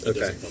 Okay